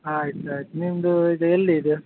ಆಯ್ತು ಆಯ್ತು ನಿಮ್ಮದು ಇದು ಎಲ್ಲಿ ಇದು